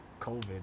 COVID